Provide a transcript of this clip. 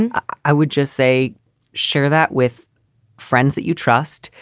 and i would just say share that with friends that you trust.